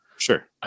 Sure